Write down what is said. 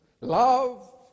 love